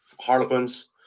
Harlequins